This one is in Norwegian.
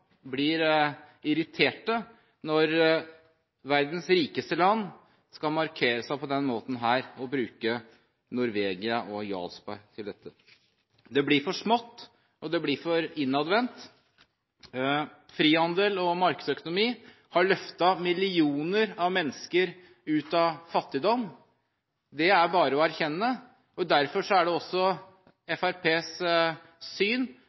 blir irriterte når verdens rikeste land skal markere seg på denne måten og bruke Norvegia og Jarlsberg til dette. Det blir for smått, og det blir for innadvendt. Frihandel og markedsøkonomi har løftet millioner av mennesker ut av fattigdom. Det er bare å erkjenne. Derfor er det også Fremskrittspartiets syn